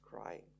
crying